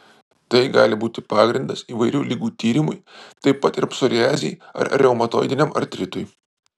tai gali būti pagrindas įvairių ligų tyrimui taip pat ir psoriazei ar reumatoidiniam artritui